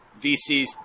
VCs